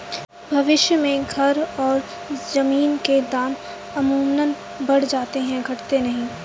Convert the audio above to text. भविष्य में घर और जमीन के दाम अमूमन बढ़ जाते हैं घटते नहीं